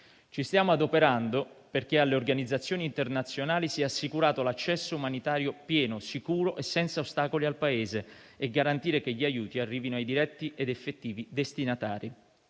Ci stiamo adoperando perché alle organizzazioni internazionali sia assicurato l'accesso umanitario pieno, sicuro e senza ostacoli al Paese, garantendo che gli aiuti arrivino ai diretti ed effettivi destinatari.